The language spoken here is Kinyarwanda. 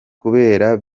kuberako